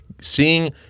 seeing